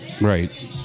Right